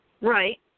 right